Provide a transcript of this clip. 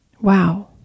Wow